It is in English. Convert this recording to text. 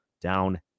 down